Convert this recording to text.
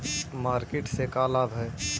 Market से का लाभ है?